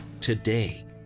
today